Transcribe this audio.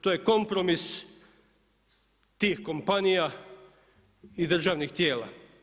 To je kompromis tih kompanija i državnih tijela.